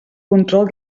control